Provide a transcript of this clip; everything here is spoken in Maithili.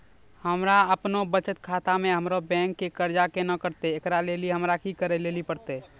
हमरा आपनौ बचत खाता से हमरौ बैंक के कर्जा केना कटतै ऐकरा लेली हमरा कि करै लेली परतै?